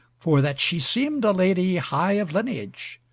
for that she seemed a lady high of lineage.